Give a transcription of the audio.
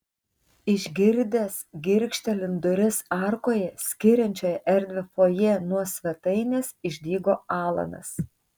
išgirdęs girgžtelint duris arkoje skiriančioje erdvią fojė nuo svetainės išdygo alanas